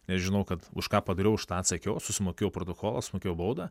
nes žinau kad už ką padariau už tą atsakiau susimokėjau protokolą sumokėjau baudą